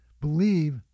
believe